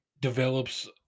develops